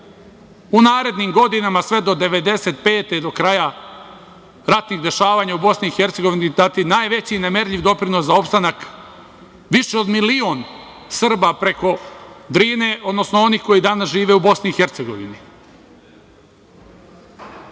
u narednim godinama sve do 1995. godine do kraja ratnih dešavanja u Bosni i Hercegovini dati najveći, nemerljivi doprinos za opstanak više od milion Srba, preko Drine, odnosno onih koji danas žive u Bosni